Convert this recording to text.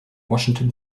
washington